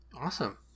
Awesome